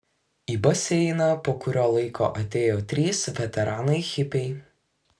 į baseiną po kurio laiko atėjo trys veteranai hipiai